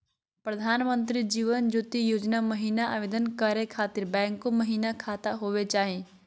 प्रधानमंत्री जीवन ज्योति योजना महिना आवेदन करै खातिर बैंको महिना खाता होवे चाही?